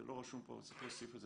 זה לא רשום פה אבל צריך להוסיף את זה